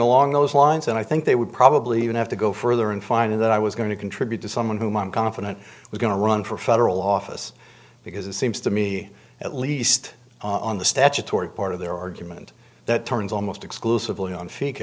along those lines and i think they would probably even have to go further and find that i was going to contribute to someone whom i'm confident we're going to run for federal office because it seems to me at least on the statutory part of their argument that turns almost exclusively on f